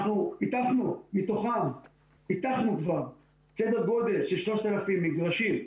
אנחנו מתוכם פיתחנו כבר סדר גודל של 3,000 מגרשים.